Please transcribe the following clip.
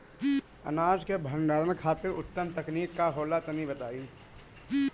अनाज के भंडारण खातिर उत्तम तकनीक का होला तनी बताई?